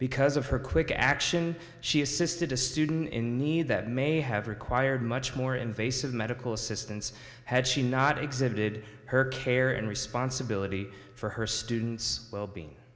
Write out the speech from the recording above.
because of her quick action she assisted a student in need that may have required much more invasive medical assistance had she not exhibited her care and responsibility for her students wellbeing